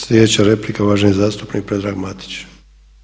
Slijedeća replika je uvaženi zastupnik Predrag Matić.